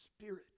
Spirit